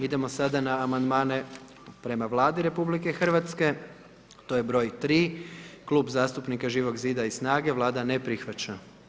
Idemo sada na amandmane prema Vladi RH, to je broj 3. Klub zastupnika Živog zida i SNAGA-e, Vlada ne prihvaća.